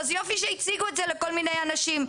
יופי שהציגו את זה לכל מיני אנשים.